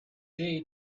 day